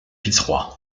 fitzroy